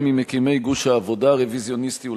היה ממקימי גוש העבודה הרוויזיוניסטי,